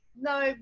no